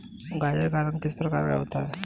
गाजर का रंग किस प्रकार का होता है?